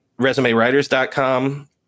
resumewriters.com